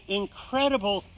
incredible